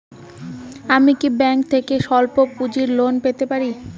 আমি কি ব্যাংক থেকে স্বল্প পুঁজির লোন পেতে পারি?